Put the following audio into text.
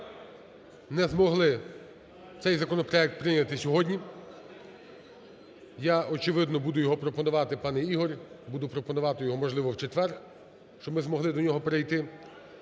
не змогли цей законопроект прийняти сьогодні. Я, очевидно, його буду пропонувати, пане Ігорю, буду пропонувати його, можливо, в четвер, щоб ми змогли до нього перейти.